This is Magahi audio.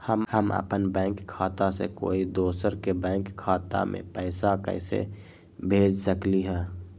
हम अपन बैंक खाता से कोई दोसर के बैंक खाता में पैसा कैसे भेज सकली ह?